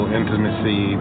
intimacy